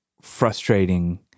frustrating